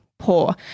poor